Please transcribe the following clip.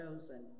chosen